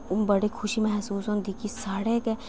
बड़ी खुशी मैह्सूस होंदी कि साढ़ै गै